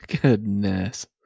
Goodness